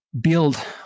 build